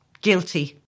Guilty